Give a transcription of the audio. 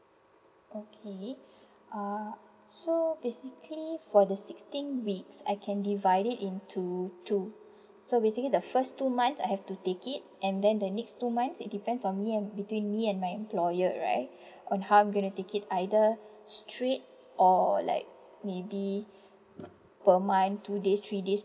okay uh so basically for the sixteen weeks I can divided into two so basically the first two months I have to take it and then the next two month it depends on me and between me and my employer right on how I'm gonna take it either straight or like maybe per months two days three days